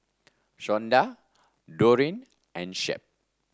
Shonda Doreen and Shep